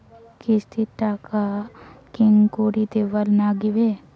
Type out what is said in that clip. কিস্তির টাকা কেঙ্গকরি দিবার নাগীবে?